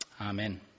Amen